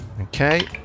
Okay